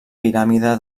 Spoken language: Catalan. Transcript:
piràmide